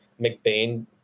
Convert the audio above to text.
McBain